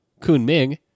Kunming